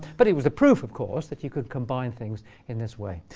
but it was a proof of course that you could combine things in this way.